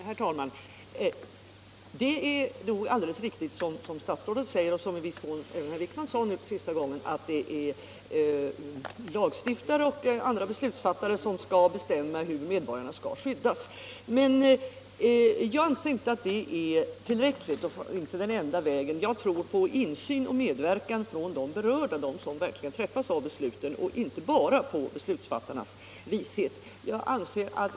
Herr talman! Det är nog alldeles riktigt som statsrådet säger — och som även herr Wijkman sade senast — att det är lagstiftare och andra beslutsfattare som skall bestämma hur medborgarna skall skyddas. Men jag anser inte att det är tillräckligt och den enda vägen. Jag tror på insyn och medverkan från de berörda, från dem som verkligen träffas av besluten, och inte bara på beslutsfattarnas vishet.